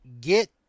get